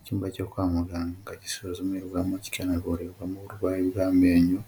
Icyumba cyo kwa muganga gisuzumirwamo kikanavurirwamo uburwayi bw'amenyo,